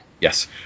Yes